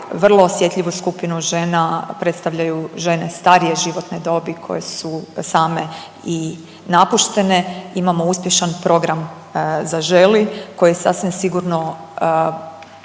vrlo osjetljivu skupinu žena predstavljaju žene starije životne dobe koje su same i napuštene, imamo uspješan program „Zaželi“ koji sasvim sigurno